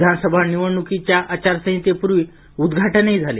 विधानसभा निवडणूकीच्या आचार संहिते पूर्वी उदघाटन ही झाले